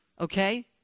Okay